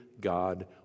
God